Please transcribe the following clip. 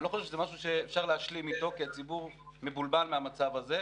אני לא חושב שזה משהו שאפשר להשלים איתו כי הציבור מבולבל מהמצב הזה.